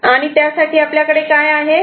आणि त्यासाठी आपल्याकडे काय आहे